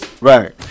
Right